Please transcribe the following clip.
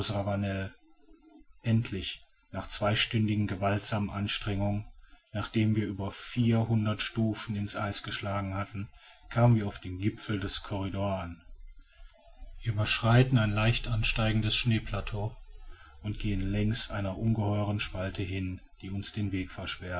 ravanel endlich nach zweistündigen gewaltsamen anstrengungen nachdem wir über vierhundert stufen in's eis geschlagen hatten kamen wir auf dem gipfel des corridor an wir überschreiten ein leicht ansteigendes schneeplateau und gehen längs einer ungeheuren spalte hin die uns den weg